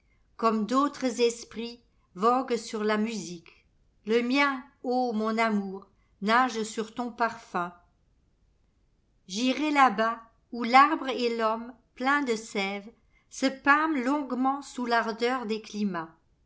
aromatiqueicomme d'autres esprits voguent sur la musique le mien ô mon amour nage sur ton parfum j'irai là-bas où tarbre et l'homme pleins de sèvese pâment longuement sous l'ardeur des climats